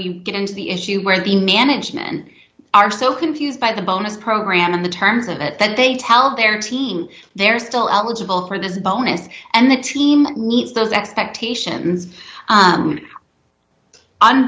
we get into the issue where the management are so confused by the bonus program in the terms of it that they tell their team they're still eligible for this bonus and the team needs those expectation